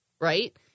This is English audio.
Right